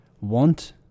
want